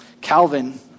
Calvin